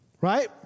Right